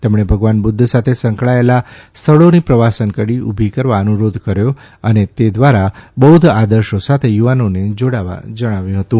તેમણે ભગવાન બુધ્ધ સાથે સંકળાયેલા સ્થળોની પ્રવાસન કડી ઊભી કરવા અનુરોધ કર્યો અને તે દ્વારા બૌધ્ધ આદર્શો સાથે યુવાનોને જોડવા જણાવ્યું હતું